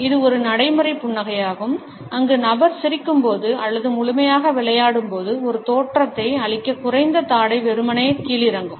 இது ஒரு நடைமுறை புன்னகையாகும் அங்கு நபர் சிரிக்கும்போது அல்லது முழுமையாக விளையாடும்போது ஒரு தோற்றத்தை அளிக்க குறைந்த தாடை வெறுமனே கீழிறங்கும்